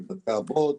מבתי אבות,